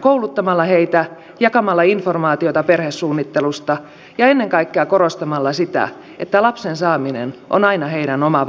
kouluttamalla heitä jakamalla informaatiota perhesuunnittelusta ja ennen kaikkea korostamalla sitä että lapsen saaminen on aina heidän oma valintansa